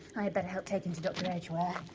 i'd better help take him to dr. edgware, ah